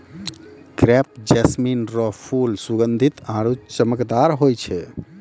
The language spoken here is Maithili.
क्रेप जैस्मीन रो फूल सुगंधीत आरु चमकदार होय छै